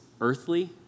Earthly